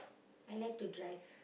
I like to drive